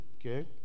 okay